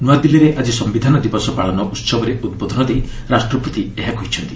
ନୂଆଦିଲ୍ଲୀରେ ଆଜି ସମ୍ଭିଧାନ ଦିବସ ପାଳନ ଉତ୍ସବରେ ଉଦ୍ବୋଧନ ଦେଇ ରାଷ୍ଟ୍ରପତି ଏହା କହିଛନ୍ତି